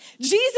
Jesus